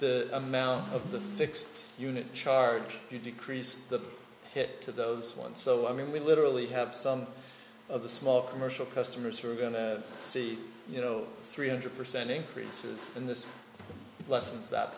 the amount of the fixed unit charge you decrease the hit to those one so i mean we literally have some of the small commercial customers who are going to see you know three hundred percent increases in the lessons